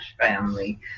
family